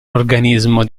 organismo